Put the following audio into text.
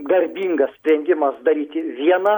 garbingas sprendimas daryti vieną